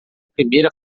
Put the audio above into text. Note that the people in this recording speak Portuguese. primeira